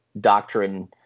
doctrine